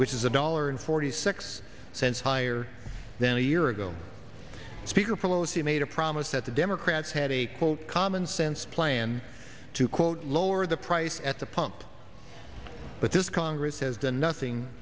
which is a dollar and forty six cents higher than a year ago speaker pelosi made a promise that the democrats had a quote commonsense plan to quote lower the price at the pump but this congress has done nothing